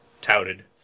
touted